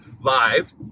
live